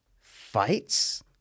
fights